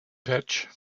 pitch